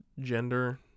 gender